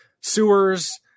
sewers